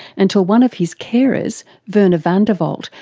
until one of his carers, virna van der walt,